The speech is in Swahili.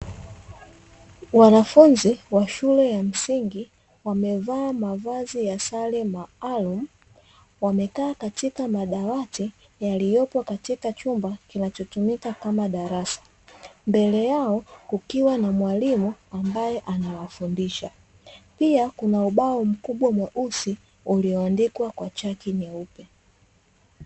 Wanafunzi wa shule ya msingi wamevaa mavazi ya sare maalumu, wamekaa katika madawati yaliyopo katika chumba kinachotumika kama darasa. Mbele yao kukiwa na mwalimu ambaye anawafundisha. Pia kuna ubao mkubwa mweusi ulioandikwa kwa chaki nyeupe.